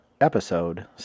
episode